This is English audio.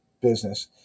business